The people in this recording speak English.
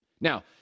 Now